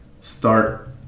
Start